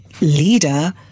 leader